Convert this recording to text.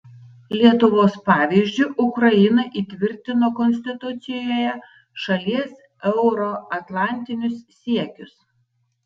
lietuvos pavyzdžiu ukraina įtvirtino konstitucijoje šalies euroatlantinius siekius